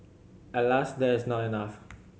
Alas that is not enough